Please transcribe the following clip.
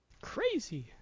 Crazy